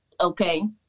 okay